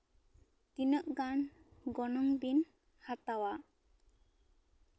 ᱛᱤᱱᱟᱹᱜ ᱜᱟᱱ ᱜᱚᱱᱚᱝ ᱵᱤᱱ ᱦᱟᱛᱟᱣᱟ